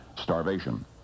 starvation